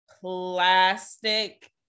plastic